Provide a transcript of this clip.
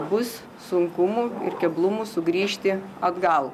bus sunkumų ir keblumų sugrįžti atgal